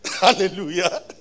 Hallelujah